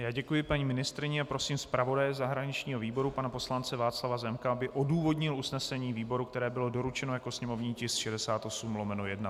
Já děkuji paní ministryni a prosím zpravodaje zahraničního výboru pana poslance Václava Zemka, aby odůvodnil usnesení výboru, které bylo doručeno jako sněmovní tisk 68/1.